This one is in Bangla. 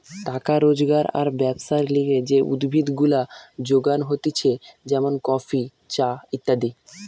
টাকা রোজগার আর ব্যবসার লিগে যে উদ্ভিদ গুলা যোগান হতিছে যেমন কফি, চা ইত্যাদি